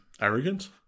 Arrogant